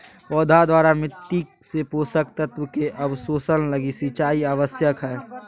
पौधा द्वारा मिट्टी से पोषक तत्व के अवशोषण लगी सिंचाई आवश्यक हइ